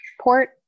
port